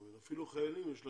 אפילו לחיילים יש 'רגילות'.